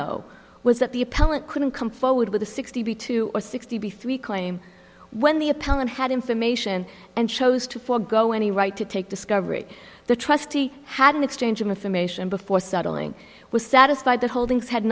though was that the appellant couldn't come forward with a sixty two or sixty three claim when the appellant had information and chose to forgo any right to take discovery the trustee had an exchange of information before settling was satisfied their holdings had